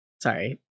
sorry